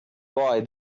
boy